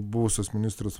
buvusios ministrės